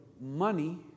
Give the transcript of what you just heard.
money